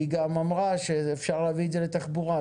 והיא גם אמרה שאפשר להביא את זה לתחבורה,